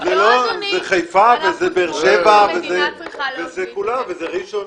לא, זה חיפה וזה באר-שבע, וזה כולם, וזה ראשון.